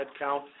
headcount